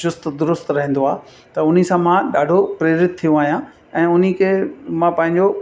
चुस्त दुरुस्त रहंदो आहे त उन सां मां ॾाढो प्रेरित थियो आहियां ऐं उन खे मां पंहिंजो